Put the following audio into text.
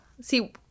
See